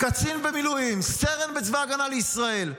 קצין במילואים, סרן בצבא הגנה לישראל.